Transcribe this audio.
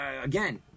again